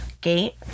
gate